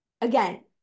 Again